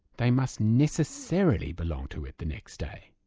they must necessarily belong to it the next day.